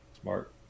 Smart